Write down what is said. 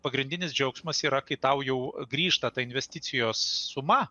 pagrindinis džiaugsmas yra kai tau jau grįžta ta investicijos suma